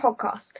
podcast